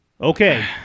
Okay